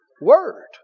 word